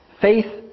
Faith